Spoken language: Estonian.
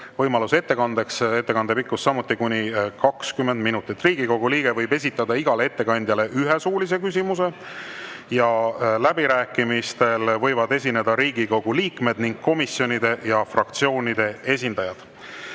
võimaluse ettekandeks, tema ettekande pikkus on samuti kuni 20 minutit. Riigikogu liige võib esitada igale ettekandjale ühe suulise küsimuse. Läbirääkimistel võivad esineda Riigikogu liikmed ning komisjonide ja fraktsioonide esindajad.